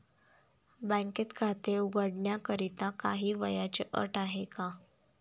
बँकेत खाते उघडण्याकरिता काही वयाची अट आहे का?